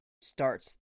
starts